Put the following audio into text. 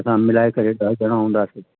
असां मिलाए करे ॾह ॼणा हूंदासीं